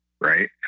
right